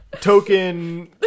token